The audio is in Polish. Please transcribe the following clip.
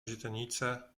źrenice